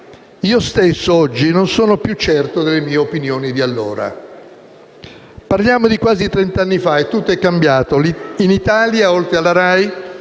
io stesso, oggi, non sono più certo delle mie opinioni di allora. Parliamo di quasi trent'anni fa e tutto è cambiato. In Italia, oltre alla RAI,